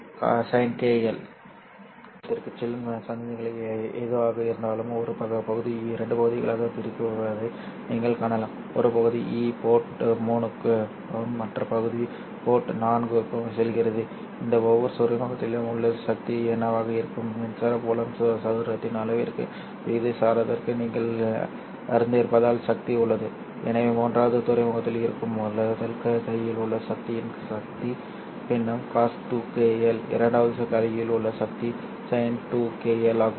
துறைமுகத்திற்குச் செல்லும் சமிக்ஞை எதுவாக இருந்தாலும் ஒரு பகுதி 2 பகுதிகளாகப் பிரிக்கப்படுவதை நீங்கள் காணலாம் ஒரு பகுதி E போர்ட் 3 க்கும் மற்ற பகுதி போர்ட் 4 க்கும் செல்கிறது இந்த ஒவ்வொரு துறைமுகத்திலும் உள்ள சக்தி என்னவாக இருக்கும் மின்சார புலம் சதுரத்தின் அளவிற்கு விகிதாசாரத்தை நீங்கள் அறிந்திருப்பதால் சக்தி உள்ளது எனவே மூன்றாவது துறைமுகத்தில் இருக்கும் முதல் கையில் உள்ள சக்தியின் சக்தி பின்னம் cos2 κ L இரண்டாவது கையில் உள்ள சக்தி sin2 κ L ஆகும்